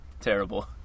terrible